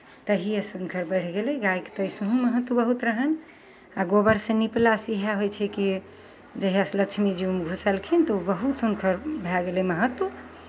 तहिएसँ हुनकर बढ़ि गेलै गायके तऽ अइसहु बहुत महत्व रहनि आ गोबरसँ निपलासँ इएह होइ छै कि जहियासँ लक्ष्मीजी ओहिमे घुसलखिन तऽ बहुत हुनकर भए गेलै महत्व